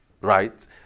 Right